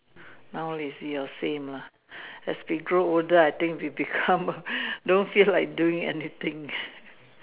now lazy same lah as we grow older we become don't feel like doing anything